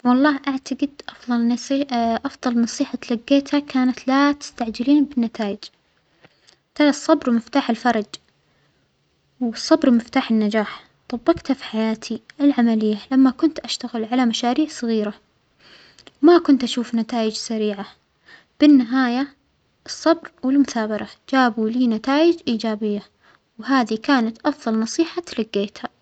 والله أعتقد أفظل نصي أفظل نصيحة تلجيتها كانت لا تستعجلين بالنتائج، الصبر مفتاح الفرج، والصبر مفتاح النجاح، طبجتها في حياتي العملية لما كنت أشتغل على مشاريع صغيرة ما كنت أشوف نتائج سريعة، بالنهاية الصبر والمثابرة جابوا لي نتائج إيجابية، وهذه كانت أفضل نصيحة تلجيتها.